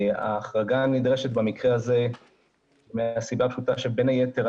ההחרגה נדרשת במקרה הזה מהסיבה הפשוטה שבין היתר,